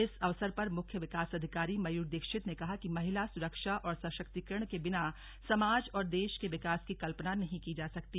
इस अवसर पर मुख्य विकास अधिकारी मयूर दीक्षित ने कहा कि महिला सुरक्षा और सशक्तिकरण के बिना समाज और देश के विकास की कल्पना नहीं की जा सकती